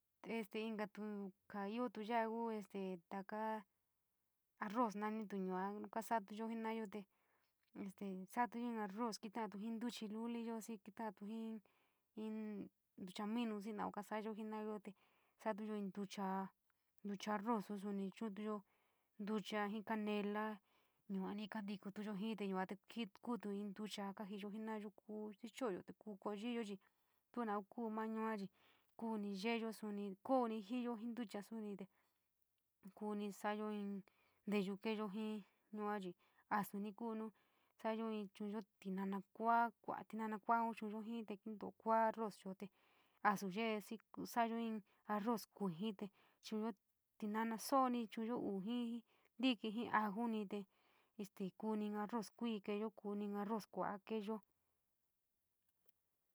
Espejo chi sirve tu jaa nteeyo nuyo nu ntosa luvu nuyo te este yoo nteeyo yii noonin chi este nteeyo xi noon kuu nu te yoo niteetuyo nuyo, nuyo yuu kuu kua jiinyo te este keentoiyo nu jatayyo yua finitoiyu yua jatinoyo xii noon tinnyo xinnyo xii kaiyo maiyo jai ni, nu noon kuu ma ja saa soa nteyo nuyo nova va´a saiayo.